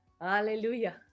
Hallelujah